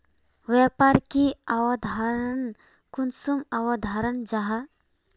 व्यापार की अवधारण कुंसम अवधारण जाहा?